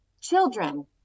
children